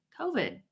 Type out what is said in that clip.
COVID